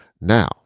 Now